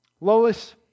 Lois